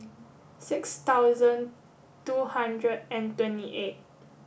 six thousand two hundred and twenty eight